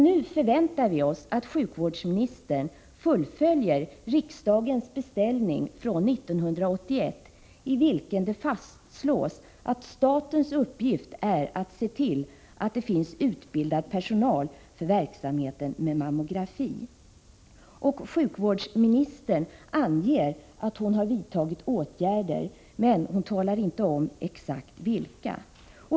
Nu förväntar vi oss att sjukvårdsministern fullföljer riksdagens beställning från 1981 i vilken det fastslås att statens uppgift är att se till att det finns utbildad personal för verksamheten med mammografi. Sjukvårdsministern anger att hon har vidtagit åtgärder, men hon talar inte om exakt vilka.